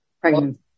pregnant